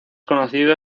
conocido